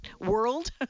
world